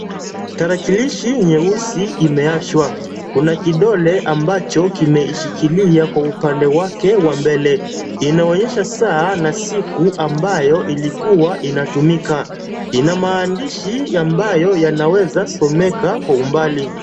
Tarakilishi nyeusi imeashwa. Kuna kidole ambacho kimeishikilia kwa upande wake wa mbele. Inaonyesha saa na siku ambayo ilikuwa inatumika. Ina maandishi ambayo yanaweza someka kwa umbali.